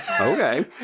okay